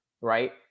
right